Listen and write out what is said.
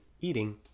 eating